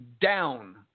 down